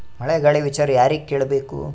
ಮಳೆ ಗಾಳಿ ವಿಚಾರ ಯಾರಿಗೆ ಕೇಳ್ ಬೇಕು?